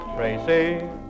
Tracy